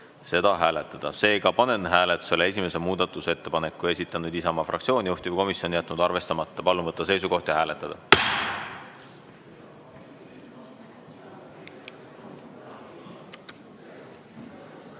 seda hääletada. Seega panen hääletusele esimese muudatusettepaneku, esitanud Isamaa fraktsioon, juhtivkomisjon on jätnud arvestamata. Palun võtta seisukoht ja hääletada!